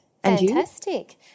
Fantastic